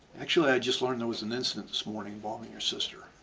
actually, i just learned there was an incident this morning involving your sister.